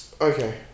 Okay